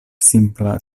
simpla